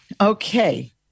Okay